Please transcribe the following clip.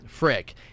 frick